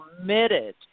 committed